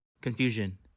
Confusion